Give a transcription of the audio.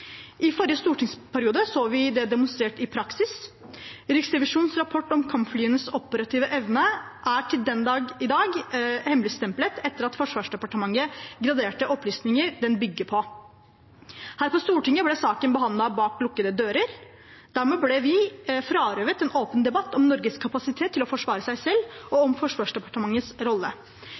I forrige stortingsperiode så vi det demonstrert i praksis. Riksrevisjonens rapport om kampflyenes operative evne er den dag i dag hemmeligstemplet, etter at Forsvarsdepartementet graderte opplysninger den bygger på. Her på Stortinget ble saken behandlet bak lukkede dører. Dermed ble vi frarøvet en åpen debatt om Norges kapasitet til å forsvare seg selv og om Forsvarsdepartementets rolle.